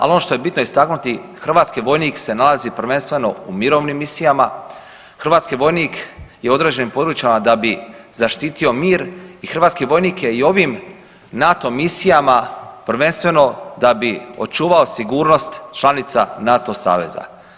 Ali ono što je bitno istaknuti hrvatski vojnik se nalazi prvenstveno u mirovnim misijama, hrvatski vojnik je u određenim područjima da bi zaštitio mir i hrvatski vojnik je i ovim NATO misijama prvenstveno da bi očuvao sigurnost članica NATO saveza.